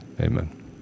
Amen